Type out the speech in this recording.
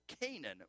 Canaan